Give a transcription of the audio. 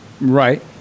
Right